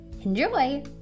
enjoy